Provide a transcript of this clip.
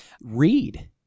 Read